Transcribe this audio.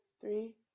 three